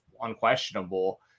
unquestionable